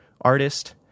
artist